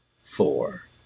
four